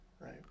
right